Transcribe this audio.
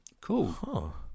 Cool